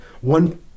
One